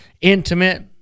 intimate